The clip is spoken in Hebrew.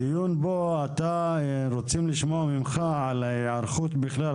הדיון פה, רוצים לשמוע ממך על ההיערכות בכלל.